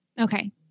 Okay